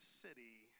city